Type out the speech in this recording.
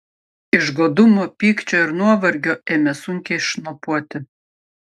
iš godumo pykčio ir nuovargio ėmė sunkiai šnopuoti